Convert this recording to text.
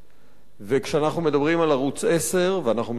וכשאנחנו מדברים על ערוץ-10 ואנחנו מדברים על החדשות